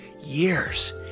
years